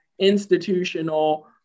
institutional